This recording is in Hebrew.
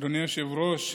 אדוני היושב-ראש,